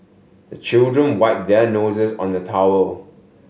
the children wipe their noses on the towel